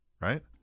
right